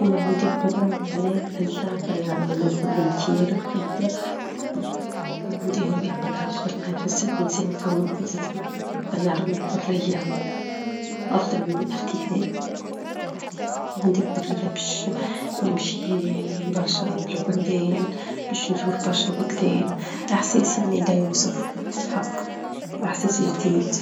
يكون عندي القدرة على الطيران نحب نطير، نحب تكون عندي هذي القدرة الخارقة، يحس الإنسان كونه حر، الطيران الحرية، أفظل من الإختفاء، تكون عندي الحرية باش نمشي لبرشا -بلا- بلدان، باش نزور برشا بلدان، إحساس يعني لا يوصف الحق، إحساس جديد.